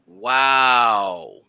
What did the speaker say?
Wow